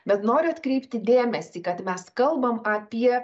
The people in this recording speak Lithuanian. bet noriu atkreipti dėmesį kad mes kalbam apie